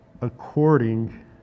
according